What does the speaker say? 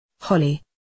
Holly